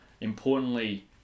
importantly